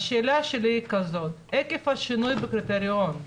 השאלה שלי היא כזאת, עקב השינוי בקריטריון,